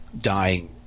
dying